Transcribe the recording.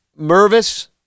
Mervis